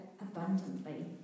abundantly